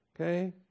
okay